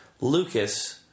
Lucas